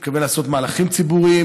ואני מתכוון לעשות מהלכים ציבוריים.